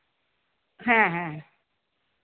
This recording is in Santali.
ᱦᱮᱸ ᱦᱮᱸ ᱦᱮᱸ